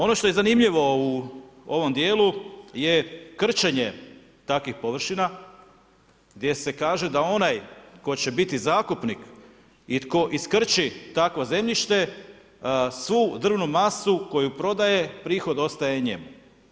Ono što je zanimljivo u ovom djelu je krčenje takvih površina gdje se kaže da onaj tko će biti zakupnik i tko iskrči takvo zemljište, svu drvnu masu koju prodaje. prihod ostaje njemu.